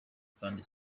kandi